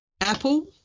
Apple